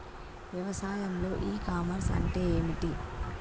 వ్యవసాయంలో e commerce అంటే ఏమిటి?